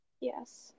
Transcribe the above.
yes